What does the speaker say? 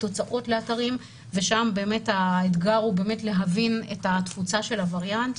תוצאות לאתרים ושם באמת האתגר הוא להבין את התפוצה של הווריאנט.